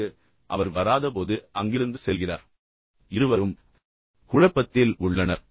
10 மணிக்கு அவர் வராத போது அங்கிருந்து செல்கிறார் எனவே இருவரும் குழப்பத்தில் உள்ளனர்